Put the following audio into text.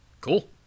Cool